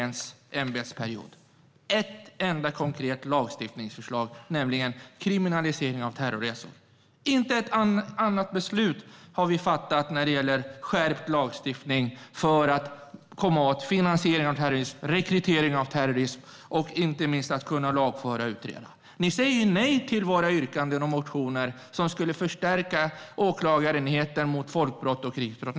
Det har alltså fattats ett enda lagstiftningsbeslut, nämligen kriminaliseringen av terroristresor. Inget mer beslut har vi fattat för att skärpa lagstiftningen och kunna lagföra och utreda finansiering av terrorism rekrytering av terrorister. Ni säger nej till våra yrkanden och motioner som skulle förstärka åklagarenheten mot folkrättsbrott och krigsbrott.